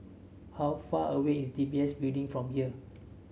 how far away is D B S Building from here